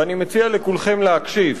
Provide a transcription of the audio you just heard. ואני מציע לכולכם להקשיב: